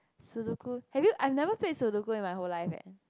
Sudoku have you I never play Sudoku in my whole life leh